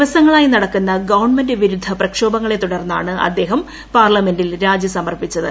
ദിവസങ്ങളായി നടക്കുന്ന ഗവൺമെന്റ് വിരുദ്ധ പ്രക്ഷോഭങ്ങളെ തുടർന്നാണ് അദ്ദേഹം പാർലമെന്റിൽ രാജി സമർപ്പിച്ചത്